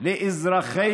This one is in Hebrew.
לאזרחי